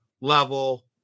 level